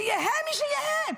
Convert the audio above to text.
שיהא מי שיהא,